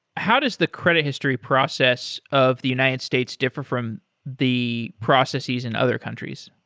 how does the credit history process of the united states differ from the processes in other countries?